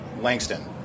Langston